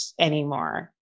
anymore